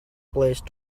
place